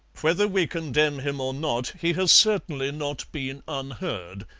whether we condemn him or not, he has certainly not been unheard.